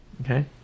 Okay